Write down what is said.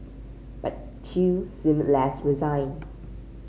but Chew seemed less resigned